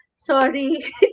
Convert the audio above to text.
Sorry